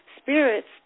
Spirits